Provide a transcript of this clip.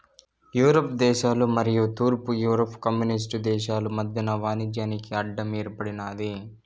Europe దేశాలు మరియు తూర్పు యూరప్ కమ్యూనిస్టు దేశాలు మధ్యన వాణిజ్యానికి అడ్డం ఏర్పడినాది